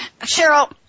Cheryl